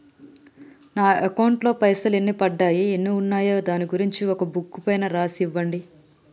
నా అకౌంట్ లో పైసలు ఎన్ని పడ్డాయి ఎన్ని ఉన్నాయో దాని గురించి ఒక బుక్కు పైన రాసి ఇవ్వండి?